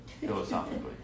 philosophically